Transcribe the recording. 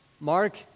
Mark